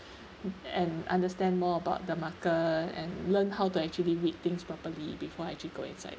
and understand more about the market and learn how to actually read things properly before actually go inside